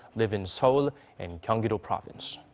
live in seoul and gyeonggi-do province.